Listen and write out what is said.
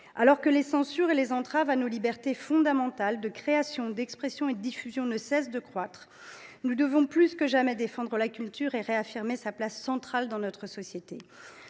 Alors que les censures et les entraves à nos libertés fondamentales de création, d’expression et de diffusion ne cessent de croître, nous devons plus que jamais défendre la culture et réaffirmer sa place centrale dans notre société.